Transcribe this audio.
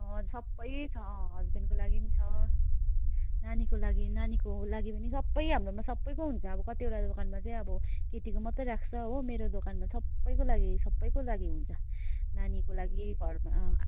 सबै छ हस्बेन्डको लागि छ नानीको लागि नानीको लागि सबै हाम्रोमा सबैको हुन्छ अब कतिवटा देकानमा चाहिँ अब केटीको मात्र राख्छ हो मेरो देकानमा सबैको लागि सबैको लागि हुन्छ नानीको लागि घरमा